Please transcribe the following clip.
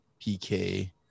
PK